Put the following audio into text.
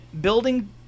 building